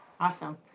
Awesome